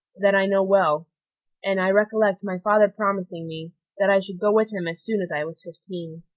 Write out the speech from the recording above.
that i know well and i recollect my father promising me that i should go with him as soon as i was fifteen.